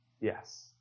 yes